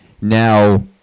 Now